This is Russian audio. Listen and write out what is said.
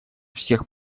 всех